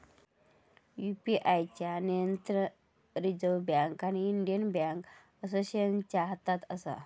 UPI चा नियंत्रण reserve bank आणि इंडियन बॅन्क असोसिएशनच्या हातात असा